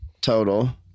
total